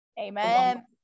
Amen